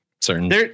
certain